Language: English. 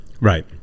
Right